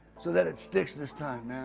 so that it sticks this time, man.